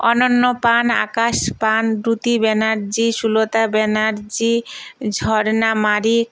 অনন্য পান আকাশ পান দ্রুতি ব্যানার্জি সুলতা ব্যানার্জি ঝর্ণা মারিক